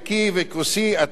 אתה תומך גורלי.